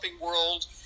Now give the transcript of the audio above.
world